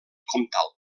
comtal